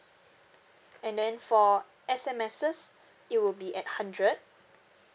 and then for S_M_Ss it will be at hundred